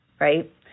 right